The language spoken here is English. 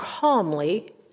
calmly